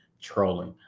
trolling